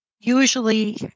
usually